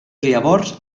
llavors